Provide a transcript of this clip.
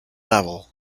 level